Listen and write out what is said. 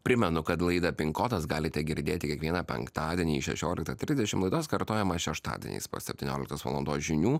primenu kad laida pinkodas galite girdėti kiekvieną penktadienį šešioliktą trisdešim laidos kartojimas šeštadieniais po septinioliktos valandos žinių